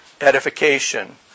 Edification